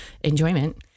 enjoyment